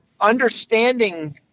understanding